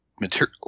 material